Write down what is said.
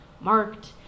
marked